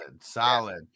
solid